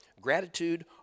gratitude